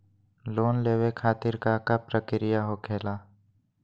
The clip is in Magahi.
लोन लेवे खातिर का का प्रक्रिया होखेला?